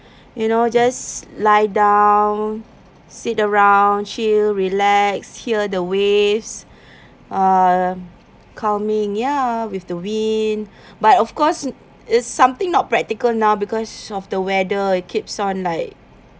you know just lie down sit around chill relax hear the waves uh calming ya with the wind but of course it's something not practical now because of the weather it keeps on like